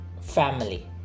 family